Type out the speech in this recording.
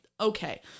okay